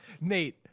Nate